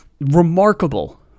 Remarkable